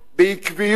בעקביות,